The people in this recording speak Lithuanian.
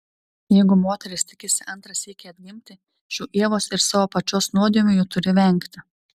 jeigu moteris tikisi antrą sykį atgimti šių ievos ir savo pačios nuodėmių ji turi vengti